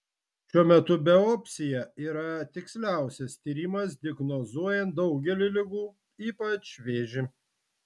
šiuo metu biopsija yra tiksliausias tyrimas diagnozuojant daugelį ligų ypač vėžį